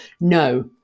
No